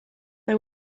there